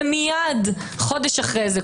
ומייד חודש אחרי זה,